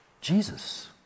Jesus